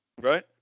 right